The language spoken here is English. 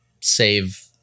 save